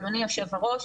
אדוני היושב-ראש,